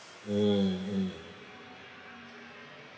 mm mm